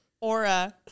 aura